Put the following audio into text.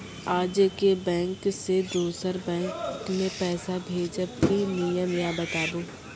आजे के बैंक से दोसर बैंक मे पैसा भेज ब की नियम या बताबू?